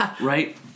right